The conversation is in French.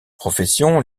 profession